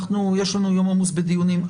יש לנו יום עמוס בדיונים.